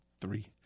Three